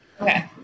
Okay